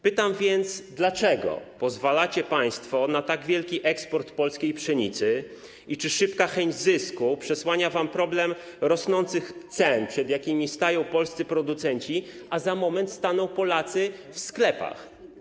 Pytam więc, dlaczego pozwalacie państwo na tak wielki eksport polskiej pszenicy i czy szybka chęć zysku przesłania wam problem rosnących cen, przed jakim stają polscy producenci, a za moment staną Polacy w sklepach.